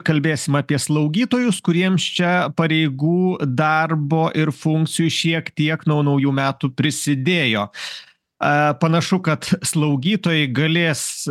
kalbėsim apie slaugytojus kuriems čia pareigų darbo ir funkcijų šiek tiek nuo naujų metų prisidėjo a panašu kad slaugytojai galės